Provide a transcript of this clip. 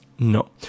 No